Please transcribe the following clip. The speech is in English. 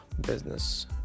business